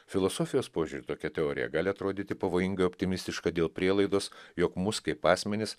filosofijos požiūriu tokia teorija gali atrodyti pavojinga optimistiška dėl prielaidos jog mus kaip asmenis